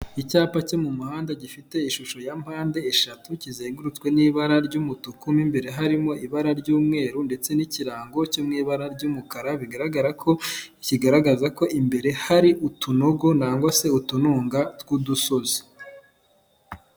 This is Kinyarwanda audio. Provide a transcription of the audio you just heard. Icyapa cyo mu muhanda gifite ishusho ya mpande eshatu kizengurutswe n'ibara ry'umutuku imbere harimo ibara ry'umweru ndetse n'ikirango cyo mu ibara ry'umukara bigaragara ko kigaragaza ko imbere hari utunogo nango se utununga tw'udusozi.